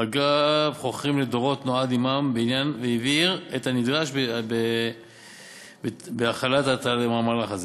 אגף חוכרים לדורות נועד עמם בעניין והבהיר את הנדרש בהחלת מהלך זה.